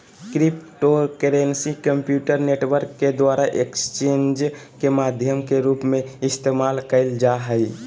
cryptocurrency computer network के द्वारा exchanges के माध्यम के रूप में इस्तेमाल कइल जा हइ